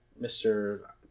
Mr